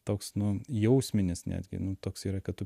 toks nu jausminis netgi nu toks yra kad tu